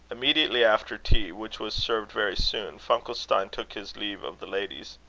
immediately after tea, which was served very soon, funkelstein took his leave of the ladies.